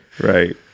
right